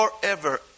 forever